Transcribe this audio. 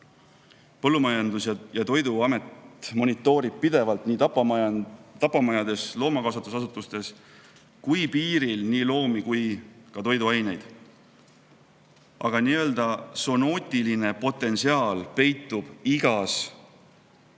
Põllumajandus- ja Toiduamet monitoorib pidevalt nii tapamajades, loomakasvatusasutustes kui ka piiril loomi ja toiduaineid. Aga nii-öelda zoonootiline potentsiaal peitub igas loomses